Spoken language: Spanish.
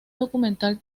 documental